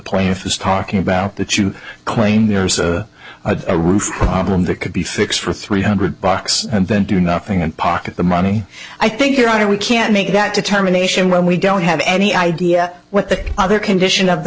plaintiff is talking about that you claim there's a roof problem that could be fixed for three hundred bucks and then do nothing and pocket the money i think your honor we can't make that determination when we don't have any idea what the other condition of the